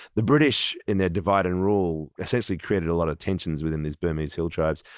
the british, in their divided rule, essentially created a lot of tensions within these burmese hill tribes,